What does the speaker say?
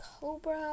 Cobra